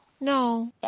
no